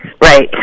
Right